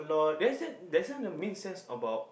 Ben said doesn't the make sense about